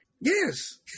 Yes